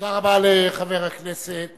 תודה רבה לחבר הכנסת